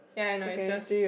ya I know is just